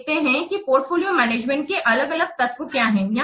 अब देखते हैं कि पोर्टफोलियो मैनेजमेंट के लिए अलग अलग तत्व क्या हैं